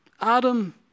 Adam